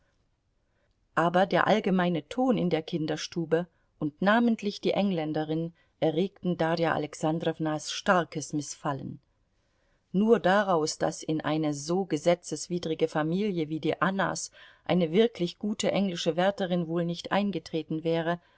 aber der allgemeine ton in der kinderstube und namentlich die engländerin erregten darja alexandrownas starkes mißfallen nur daraus daß in eine so gesetzwidrige familie wie die annas eine wirklich gute englische wärterin wohl nicht eingetreten wäre